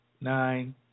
nine